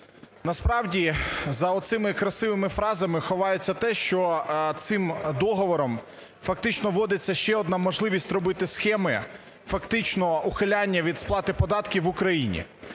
Насправді за оцими красивими фразами ховається те, що цим договором фактично вводиться ще одна можливість робити схеми фактично ухиляння від сплати податків в Україні.